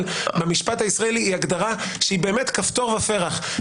במשפט הישראלי היא הגדרה שהיא כפתור ופרח,